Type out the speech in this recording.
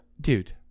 dude